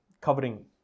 covering